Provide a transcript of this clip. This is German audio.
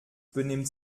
benimmt